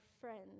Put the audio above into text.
friends